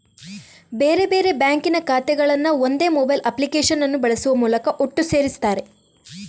ಬೇರೆ ಬೇರೆ ಬ್ಯಾಂಕಿನ ಖಾತೆಗಳನ್ನ ಒಂದೇ ಮೊಬೈಲ್ ಅಪ್ಲಿಕೇಶನ್ ಅನ್ನು ಬಳಸುವ ಮೂಲಕ ಒಟ್ಟು ಸೇರಿಸ್ತಾರೆ